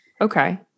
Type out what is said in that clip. okay